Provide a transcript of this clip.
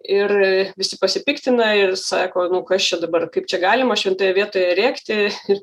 ir visi pasipiktina ir sako nu kas čia dabar kaip čia galima šventoje vietoje rėkti ir